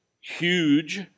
huge